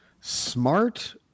smart